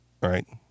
right